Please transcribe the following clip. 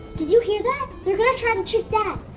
did you hear that? they're gonna try to trick dad!